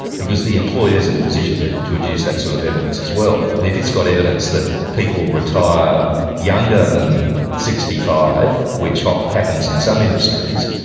because the employer's in a position to to adduce that sort of evidence as well, and if it's got evidence that people retire younger than sixty five, which ah happens in some industries,